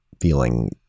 feeling